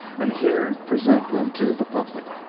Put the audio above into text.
and here present them to the public.